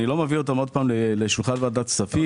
אני לא מביא אותם עוד פעם לשולחן ועדת הכספים.